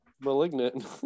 malignant